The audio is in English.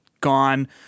gone